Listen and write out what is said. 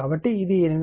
కాబట్టి ఇది 800 వాట్